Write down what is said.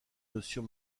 notion